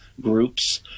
groups